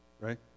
right